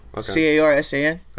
C-A-R-S-A-N